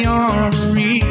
armory